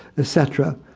ah cetera.